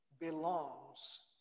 belongs